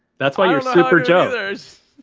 that's why you're super joe's.